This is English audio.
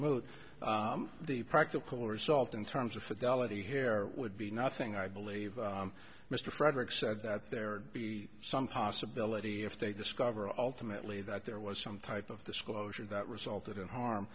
moot the practical result in terms of fidelity here would be nothing i believe mr frederick said that there be some possibility if they discover ultimately that there was some type of disclosure that resulted in harm